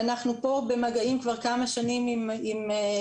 ואנחנו פה במגעים כבר כמה שנים עם כל